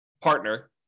partner